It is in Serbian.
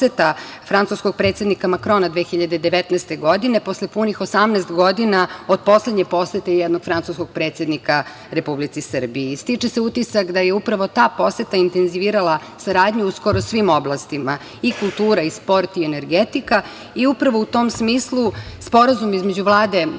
francuskog predsednika Makrona 2019. godine, posle punih 18 godina od poslednje posete jednog francuskog predsednika Republici Srbiji. Stiče se utisak da je upravo ta poseta intenzivirala saradnju u skoro svim oblastima, i kultura, i sport, i energetika i upravo u tom smislu sporazum između Vlade